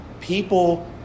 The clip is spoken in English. people